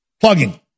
Plugging